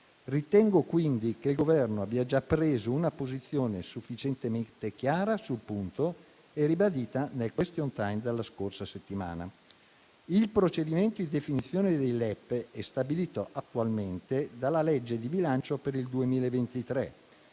Ritengo, quindi, che il Governo abbia già preso una posizione sufficientemente chiara sul punto e ribadita nel *question time* della scorsa settimana. Il procedimento di definizione dei LEP è stabilito attualmente dalla legge di bilancio per il 2023